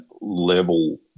level